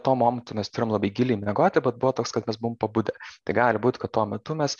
tuo momentu mes turim labai giliai miegoti bet buvo toks kad mes buvom pabudę tai gali būt kad tuo metu mes